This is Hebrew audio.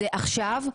זה עכשיו,